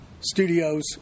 studios